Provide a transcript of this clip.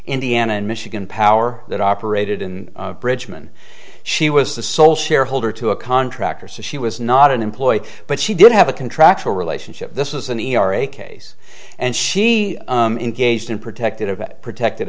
indiana and michigan power that operated in bridgeman she was the sole shareholder to a contractor so she was not an employee but she did have a contractual relationship this was an n r a case and she engaged in protected of protected